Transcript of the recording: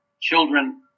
children